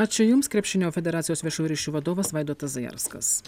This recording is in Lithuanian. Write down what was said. ačiū jums krepšinio federacijos viešųjų ryšių vadovas vaidotas zajarskas